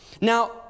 Now